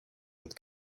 with